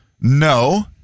no